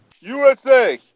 USA